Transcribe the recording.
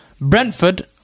Brentford